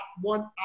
one